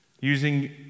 Using